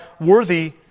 worthy